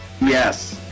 Yes